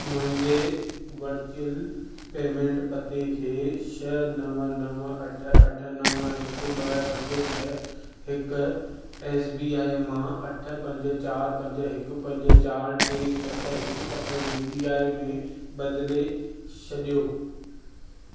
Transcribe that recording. मुंहिंजे virtual payment पते खे छह नव नव अठ अठ नव हिकु ॿ पंज छह हिकु एसबीआई मां अठ पंज चारि पंज हिकु पंज चारि टे सत हिकु अठ यूपीआई में बदिले छॾियो